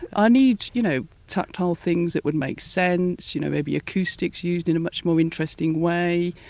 i need you know tactile things that would make sense you know maybe acoustics used in a much more interesting way,